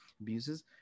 abuses